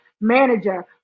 manager